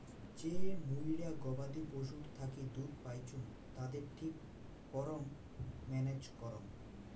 যে মুইরা গবাদি পশুর থাকি দুধ পাইচুঙ তাদের ঠিক করং ম্যানেজ করং